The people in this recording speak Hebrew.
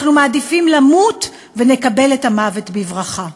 אנחנו מעדיפים למות, ונקבל את המוות בברכה.